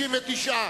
69,